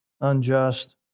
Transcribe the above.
unjust